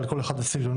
אבל כל אחד וסגנונו,